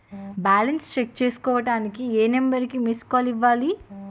Balance check చేసుకోవటానికి ఏ number కి మిస్డ్ కాల్ ఇవ్వాలి?